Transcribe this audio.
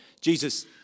Jesus